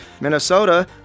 Minnesota